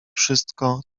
wszystko